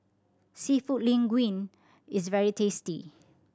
Seafood Linguine is very tasty